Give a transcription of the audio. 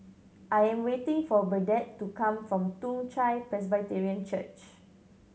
I am waiting for Burdette to come from Toong Chai Presbyterian Church